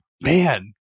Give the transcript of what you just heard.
Man